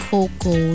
Coco